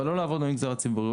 אבל לא לעבוד במגזר הציבורי.